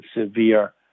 severe